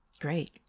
Great